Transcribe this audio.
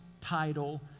title